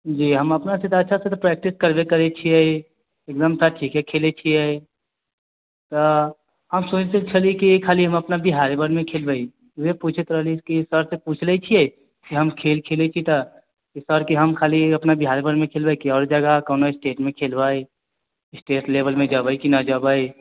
जी हम अपना से तऽ अच्छा सऽ तऽ प्रैक्टिस करै छियै ठीके खेलै छियै तऽ हम सोचै छलियै कि खाली हम अपना बिहारे भरि मे खेलबै उहे पुछैत रहली कि सर सऽ पूछ लै छियै हम खेल खेलै छियै तऽ सर के हम खाली अपना बिहारे भरि मे खेलबै कि और जगह कोनो स्टेट मे खेलबै स्टेट लेवल मे जबै कि न जबै